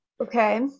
Okay